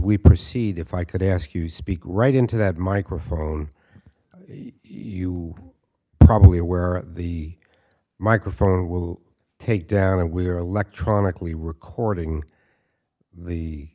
we proceed if i could ask you speak right into that microphone you probably aware the microphone will take down that we are electronically recording the